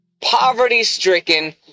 poverty-stricken